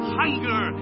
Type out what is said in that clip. hunger